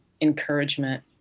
encouragement